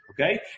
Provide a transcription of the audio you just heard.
okay